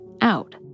out